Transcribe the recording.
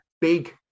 big